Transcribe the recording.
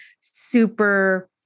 super